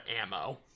ammo